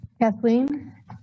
Kathleen